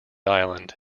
island